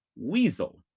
Weasel